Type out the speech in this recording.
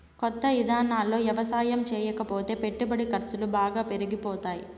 కొత్త ఇదానాల్లో యవసాయం చేయకపోతే పెట్టుబడి ఖర్సులు బాగా పెరిగిపోతాయ్